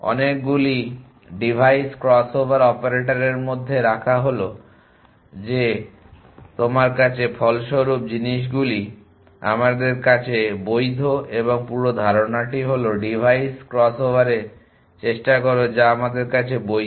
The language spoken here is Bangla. অনেকগুলি ডিভাইস ক্রসওভার অপারেটরদের মধ্যে রাখা হল যে আপনার কাছে ফলস্বরূপ জিনিসগুলি আমাদের কাছে বৈধ এবং পুরো ধারণাটি হল ডিভাইস ক্রস ওভারে চেষ্টা করো যা আমাদের কাছে বৈধ